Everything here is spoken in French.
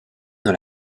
dans